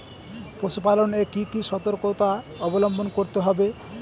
পশুপালন এ কি কি সর্তকতা অবলম্বন করতে হবে?